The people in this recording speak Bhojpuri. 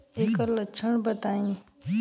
ऐकर लक्षण बताई?